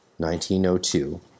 1902